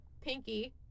Pinky